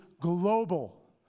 global